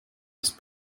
ist